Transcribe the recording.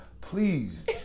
please